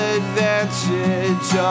advantage